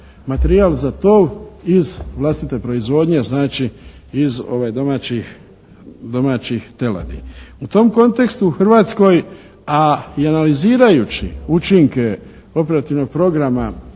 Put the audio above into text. materijal za tov iz vlastite proizvodnje. Znači, iz domaćih teladi. U tom kontekstu u Hrvatskoj, a i analizirajući učinke operativnog programa